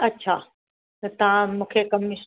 अच्छा त तव्हां मूंखे कमीशन